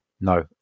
no